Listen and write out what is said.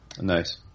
Nice